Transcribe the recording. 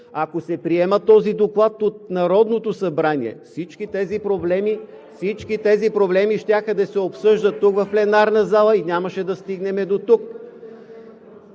Ако се приема този доклад от Народното събрание, всички тези проблеми щяха да се обсъждат тук в пленарна зала и нямаше да стигнем дотук.